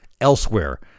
elsewhere